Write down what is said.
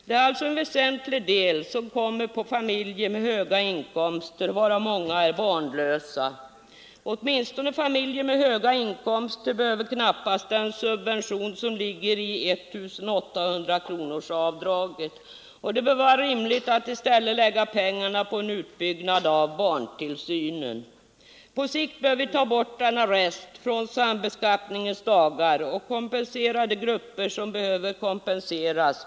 Det är alltså en väsentlig del som kommer på familjer med höga inkomster, varav många är barnlösa. Familjer med höga inkomster behöver väl knappast den subvention som ligger i 1 800-kronorsavdraget, och det bör vara rimligt att man i stället lägger pengarna på en utbyggnad av barntillsynen, På sikt bör vi ta bort denna rest från sambeskattningens dagar och i stället kompensera de grupper som behöver kompenseras.